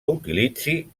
utilitzi